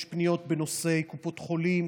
יש פניות בנושא קופות חולים,